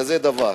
כזה דבר,